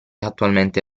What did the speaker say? attualmente